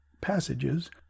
passages